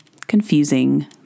confusing